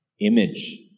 image